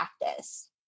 practice